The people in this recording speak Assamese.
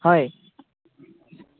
হয়